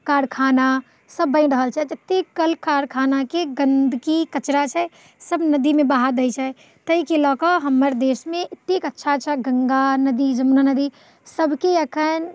कारखाना सभ बनि रहल छै जतेक कल कारखानाके गन्दगी कचड़ा छै सभ नदीमे बहा दय छै ताहिके लऽ कऽ हमर देशमे एतेक अच्छा अच्छा गङ्गा नदी जमुना नदी सभकेँ एखन